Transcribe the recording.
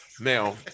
Now